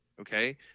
Okay